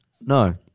No